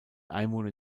einwohner